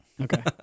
Okay